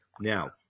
Now